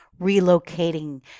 relocating